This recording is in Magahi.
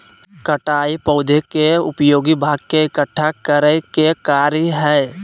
कटाई पौधा के उपयोगी भाग के इकट्ठा करय के कार्य हइ